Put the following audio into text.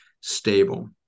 stable